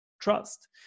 trust